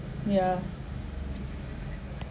yeah